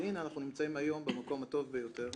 והנה אנחנו נמצאים היום במקום הטוב ביותר.